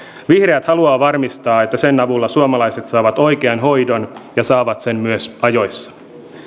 vihreät haluavat varmistaa että sen avulla suomalaiset saavat oikean hoidon ja saavat sen myös ajoissa